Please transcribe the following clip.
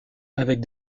avec